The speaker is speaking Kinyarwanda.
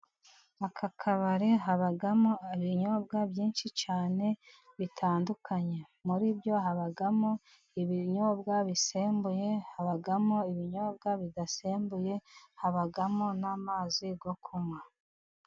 Aka kabari habamo ibinyobwa byinshi cyane bitandukanye, muri byo habamo ibinyobwa bisembuye, habamo ibinyobwa bidasembuye, habamo n'amazi yo kunywa.